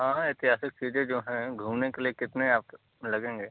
हँ ऐतिहासिक चीज़ें जो हें घूमने के लिए कितने लगेंगे